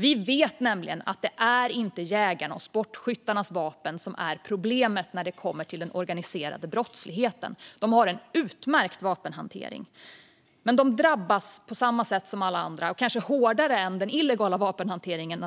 Vi vet nämligen att det inte är jägarnas och sportskyttarnas vapen som är problemet när det kommer till den organiserade brottsligheten. De har en utmärkt vapenhantering. Men de drabbas på samma sätt som alla andra, och kanske hårdare än den illegala vapenhanteringen,